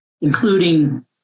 including